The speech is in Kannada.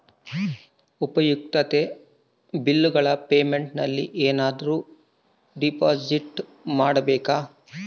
ಉಪಯುಕ್ತತೆ ಬಿಲ್ಲುಗಳ ಪೇಮೆಂಟ್ ನಲ್ಲಿ ಏನಾದರೂ ಡಿಪಾಸಿಟ್ ಮಾಡಬೇಕಾ?